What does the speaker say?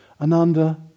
Ananda